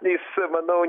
jis manau